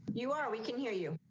you are. we can hear you.